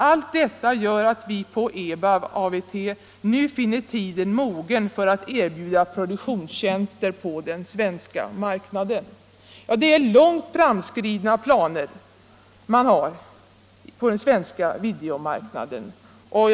Allt detta gör att vi på EBAV/AVT nu finner tiden mogen för att erbjuda produktionstjänster på den svenska marknaden.” Det är långt framskridna marknadsoch produktionsplaner man har inom den svenska videoindustrin.